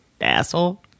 asshole